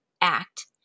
Act